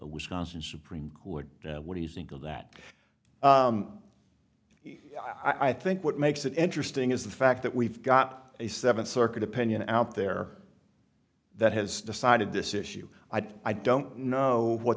wisconsin supreme court what do you think of that i think what makes it interesting is the fact that we've got a seven circuit opinion out there that has decided this issue i don't know what